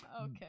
Okay